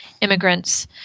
immigrants